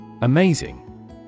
Amazing